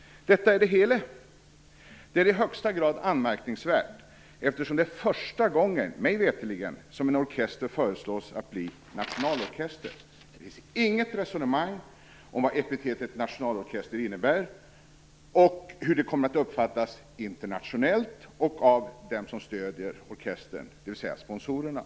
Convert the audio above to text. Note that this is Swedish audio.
Detta är det hela. Det är i högsta grad anmärkningsvärt, eftersom det mig veterligen är första gången som en orkester föreslås att bli nationalorkester. Det finns inget resonemang om vad epitetet nationalorkester innebär och hur det kommer att uppfattas internationellt och av dem som stöder orkestern, dvs. sponsorerna.